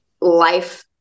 life